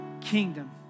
kingdom